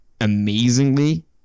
amazingly